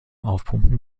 aufpumpen